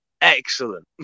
excellent